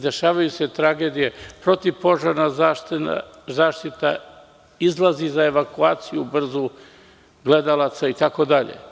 Dešavaju se tragedije protiv požarna zaštita, izlazi za evakuaciju brzu itd.